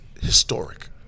historic